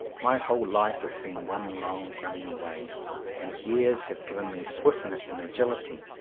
my whole life has been one long running away and years have given me swiftness and agility.